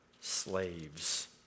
slaves